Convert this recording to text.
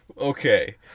Okay